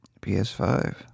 PS5